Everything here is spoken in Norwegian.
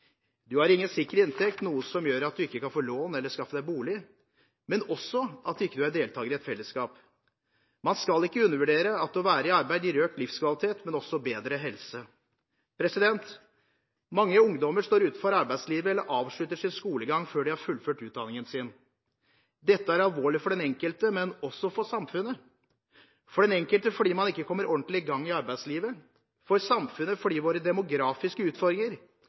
Du har ingen sikker inntekt, noe som gjør at du ikke kan få lån eller skaffe deg bolig. Men det er også utfordrende at du ikke er deltaker i et fellesskap. Man skal ikke undervurdere at det å være i arbeid gir økt livskvalitet, men også bedre helse. Mange ungdommer står utenfor arbeidslivet eller avslutter sin skolegang før de har fullført utdanningen sin. Dette er alvorlig for den enkelte, men også for samfunnet. For den enkelte er det alvorlig fordi man ikke kommer ordentlig i gang i arbeidslivet. For samfunnet er det alvorlig fordi våre demografiske utfordringer